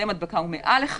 זה מעל 1,